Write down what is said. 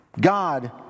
God